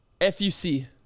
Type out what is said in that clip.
F-U-C